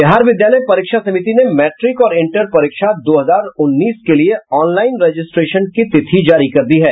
बिहार विद्यालय समिति ने मैट्रिक और इंटर परीक्षा दो हजार उन्नीस के लिए ऑनलाईन रजीस्ट्रेशन की तिथि जारी कर दी है